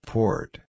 Port